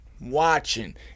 watching